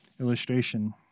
illustration